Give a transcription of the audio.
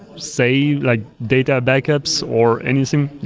say, like data backups or anything,